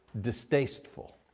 distasteful